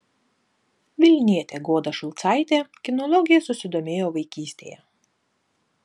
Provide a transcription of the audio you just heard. vilnietė goda šulcaitė kinologija susidomėjo vaikystėje